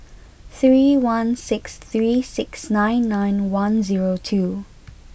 three one six three six nine nine one zero two